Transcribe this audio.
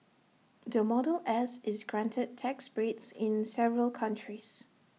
the model S is granted tax breaks in several countries